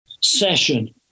session